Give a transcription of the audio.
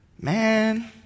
man